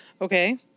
Okay